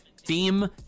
theme